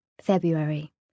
February